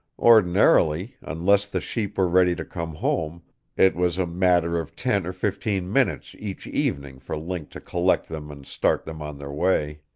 ordinarily unless the sheep were ready to come home it was a matter of ten or fifteen minutes each evening for link to collect them and start them on their way.